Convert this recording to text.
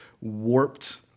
warped